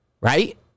right